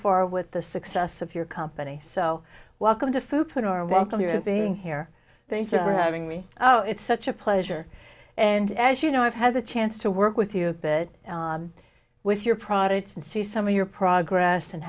far with the success of your company so welcome to food when our welcome here in being here thanks for having me oh it's such a pleasure and as you know i've had a chance to work with you a bit with your products and see some of your progress and